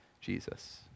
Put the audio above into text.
Jesus